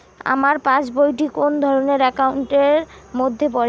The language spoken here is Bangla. আমার পাশ বই টি কোন ধরণের একাউন্ট এর মধ্যে পড়ে?